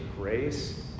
grace